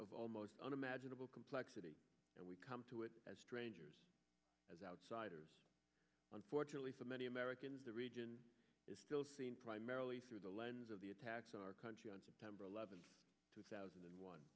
of almost unimaginable complexity and we come to it as strange as outsiders unfortunately for many americans the region is still seen primarily through the lens of the attacks our country on september eleventh two thousand and one